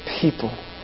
people